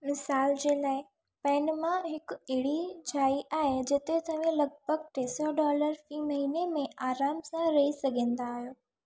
मिसाल जे लाए पैनमा हिकु अहिड़ी जाइ आहे जिते तव्हां लॻभगि॒ टे सौ डोलर फी महीने में आराम सां रही सघंदा आहियो